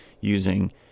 using